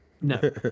No